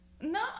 No